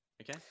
Okay